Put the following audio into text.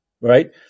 right